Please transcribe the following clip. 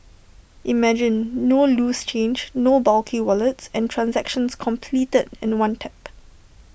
imagine no loose change no bulky wallets and transactions completed in one tap